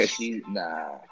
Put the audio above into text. Nah